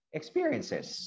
experiences